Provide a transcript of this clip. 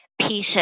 pieces